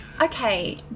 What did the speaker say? Okay